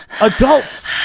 adults